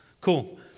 Cool